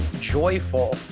joyful